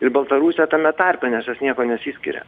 ir baltarusija tame tarpe nes jos niekuo nesiskiria